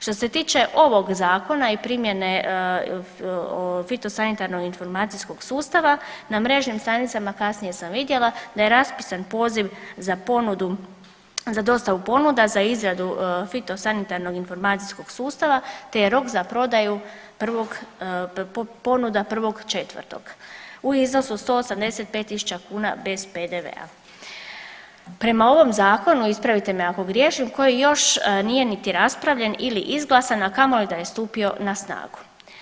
Što se tiče ovog zakona i primjene fitosanitarnog informacijskog sustava na mrežnim stranicama kasnije sam vidjela da je raspisan poziv za ponudu, za dostavu ponuda za izradu fitosanitarnog informacijskog sustava, te je rok za prodaju prvog, ponuda 1.4. u iznosu od 185 tisuća kuna bez PDV-a, prema ovom zakonu, ispravite me ako griješim, koji još nije niti raspravljen ili izglasan, a kamoli da je stupio na snagu.